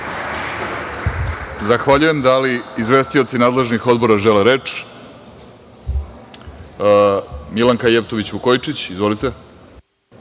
Zahvaljujem. Da li izvestioci nadležnih odbora žele reč? Reč ima Milanka Jevtović Vukojičić. Izvolite.